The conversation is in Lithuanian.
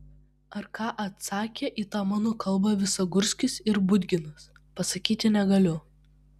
ar ką atsakė į tą mano kalbą visagurskis ir budginas pasakyti negaliu